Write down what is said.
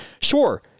Sure